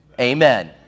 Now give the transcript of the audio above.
Amen